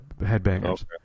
headbangers